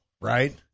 right